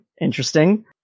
interesting